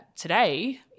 today